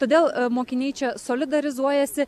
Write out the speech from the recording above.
todėl mokiniai čia solidarizuojasi